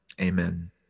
amen